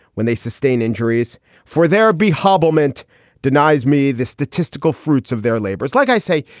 when they sustain injuries for their be hobbled ment denies me the statistical fruits of their labor is like i say,